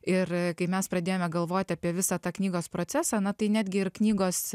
ir kai mes pradėjome galvoti apie visą tą knygos procesą na tai netgi ir knygos